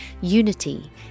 Unity